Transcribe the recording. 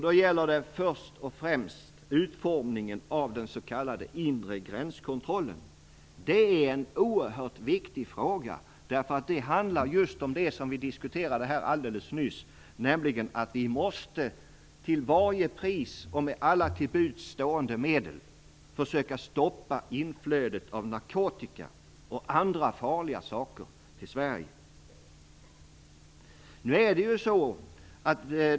Det gäller först och främst utformningen av den s.k. inre gränskontrollen. Det är en oerhört viktig fråga eftersom det handlar om just det som vi alldeles nyss diskuterade, nämligen att vi till varje pris och med alla till buds stående medel måste försöka stoppa inflödet av narkotika och andra farliga saker till Sverige.